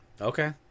Okay